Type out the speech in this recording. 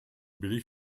billig